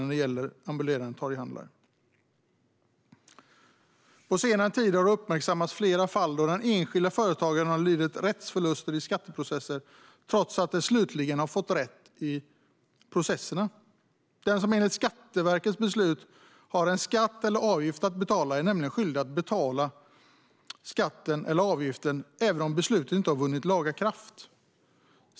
På senare tid har flera fall uppmärksammats där enskilda företagare har lidit rättsförluster i skatteprocesser trots att de slutligen har fått rätt i processerna. Den som enligt Skatteverkets beslut har en skatt eller avgift att betala är nämligen skyldig att betala den även om beslutet inte har vunnit laga kraft.